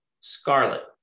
Scarlet